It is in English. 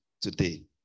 today